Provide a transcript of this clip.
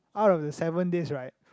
out of the seven days right